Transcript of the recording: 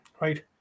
right